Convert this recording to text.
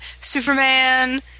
Superman